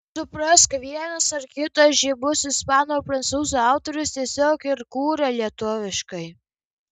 suprask vienas ar kitas žymus ispanų ar prancūzų autorius tiesiog ir kūrė lietuviškai